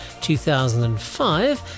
2005